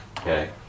okay